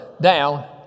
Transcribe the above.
down